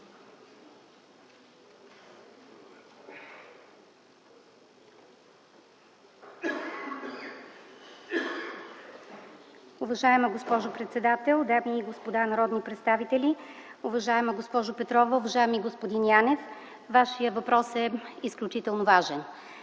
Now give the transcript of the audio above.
Уважаема госпожо председател, дами и господа народни представители, уважаема госпожо Петрова, уважаеми господин Янев! Вашият въпрос е изключително важен